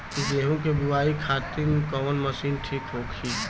गेहूँ के बुआई खातिन कवन मशीन ठीक होखि?